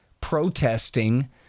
protesting